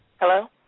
Hello